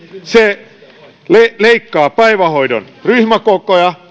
se kasvattaa päivähoidon ryhmäkokoja